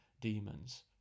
demons